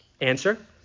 Answer